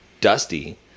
Dusty